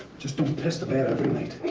just don't piss the bed every night.